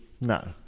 no